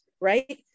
right